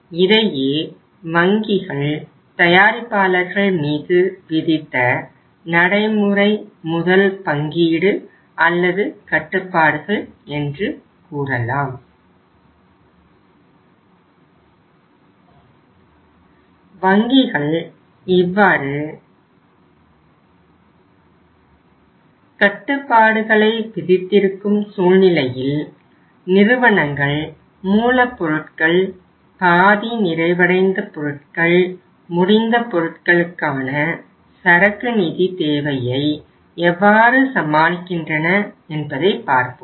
இதையே வங்கிகள் தயாரிப்பாளர்கள் மீது விதித்த நடைமுறை முதல் பங்கீடு அல்லது கட்டுப்பாடுகள் என்று கூறலாம் வங்கிகள் இவ்வாறு கட்டுப்பாடுகளை விதித்திருக்கும் சூழ்நிலையில் நிறுவனங்கள் மூலப்பொருட்கள் பாதி நிறைவடைந்த பொருட்கள் முடிந்த பொருட்களுக்கான சரக்கு நிதி தேவையை எவ்வாறு சமாளிக்கின்றன என்பதை பார்ப்போம்